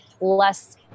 less